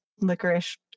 licorice